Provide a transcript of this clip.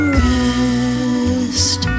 rest